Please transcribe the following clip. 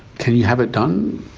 can you have it done?